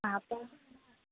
ആ അപ്പോൾ